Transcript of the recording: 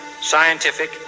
scientific